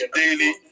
daily